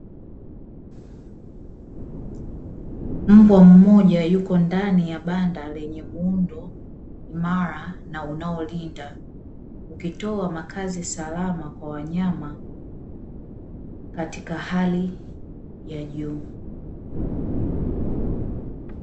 Mbwa mmoja yuko ndani ya banda lenye muundo imara na unaolinda, ukitoa makazi salmaa kwa wanyama katika hali ya juu.